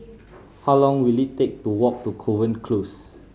how long will it take to walk to Kovan Close